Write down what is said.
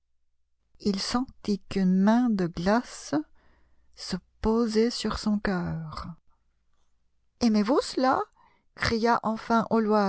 il sentit qu'une main de glace se posait sur son cœur aimez-vous cela cria enfin